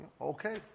okay